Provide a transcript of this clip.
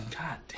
god